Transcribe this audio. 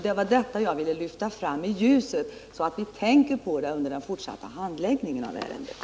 Det var det jag ville lyfta fram i ljuset, så att vi tänker på det i den fortsatta handläggningen av ärendet.